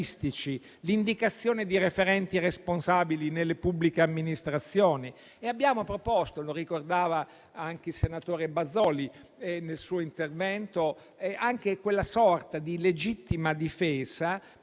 l'indicazione di referenti e responsabili nelle pubbliche amministrazioni. Abbiamo proposto - come ricordava anche il senatore Bazoli nel suo intervento - quella sorta di legittima difesa